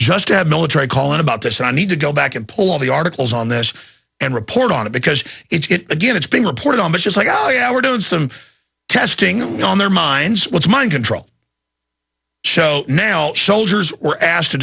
just to have military call in about this i need to go back and pull all the articles on this and report on it because it again it's been reported on issues like oh yeah we're doing some testing on their minds what's mind control so now soldiers were asked to